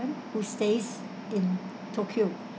who stays in tokyo